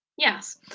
Yes